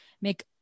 make